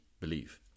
believe